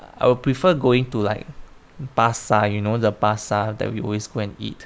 I will prefer going to like pasar you know the pasar that we always go and eat